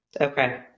Okay